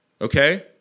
okay